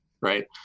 right